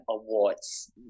awards